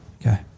Okay